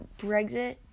Brexit